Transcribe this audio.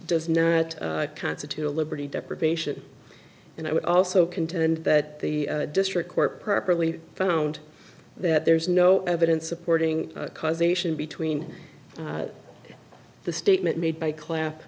does not constitute a liberty deprivation and i would also contend that the district court properly found that there is no evidence supporting causation between the statement made by class